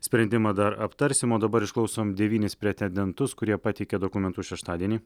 sprendimą dar aptarsim o dabar išklausom devynis pretendentus kurie pateikė dokumentus šeštadienį